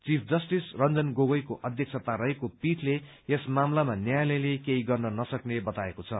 chief justice Ranjan गोगोईको अध्यक्षता रहेको पीठले यस मामलामा न्यायालयले केही गर्न नसक्ने बताएको छ